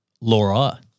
Laura